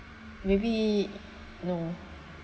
maybe no